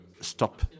stop